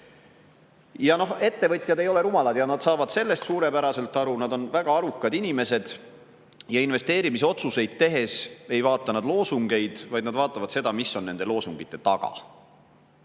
anname. Ettevõtjad ei ole rumalad, nad saavad sellest suurepäraselt aru, nad on väga arukad inimesed. Investeerimisotsuseid tehes ei vaata nad loosungeid, vaid vaatavad seda, mis on nende loosungite taga.